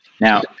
Now